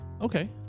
Okay